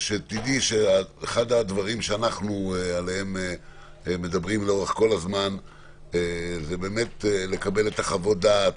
שתדעי שאחד הדברים עליהם אנחנו מדברים כל הזמן זה לקבל את חוות הדעת,